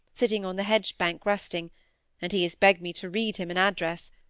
sitting on the hedge-bank resting and he has begged me to read him an address,